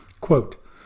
quote